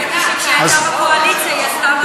לא ראיתי שהיא, כשהייתה בקואליציה, היא עשתה משהו.